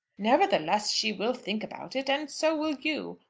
nevertheless she will think about it. and so will you.